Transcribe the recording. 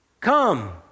Come